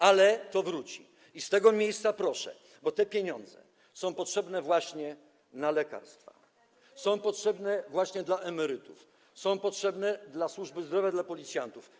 Ale to wróci i z tego miejsca proszę, bo te pieniądze są potrzebne właśnie na lekarstwa, są potrzebne dla emerytów, są potrzebne dla służby zdrowia i dla policjantów.